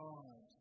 God